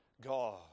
God